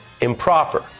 improper